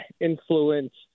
influence